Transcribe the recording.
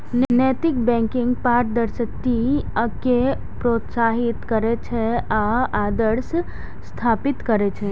नैतिक बैंकिंग पारदर्शिता कें प्रोत्साहित करै छै आ आदर्श स्थापित करै छै